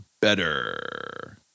Better